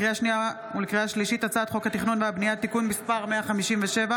לקריאה שנייה ולקריאה שלישית: הצעת חוק התכנון והבנייה (תיקון מס' 157),